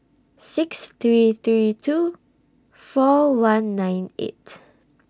six three three two four one nine eight